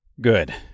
Good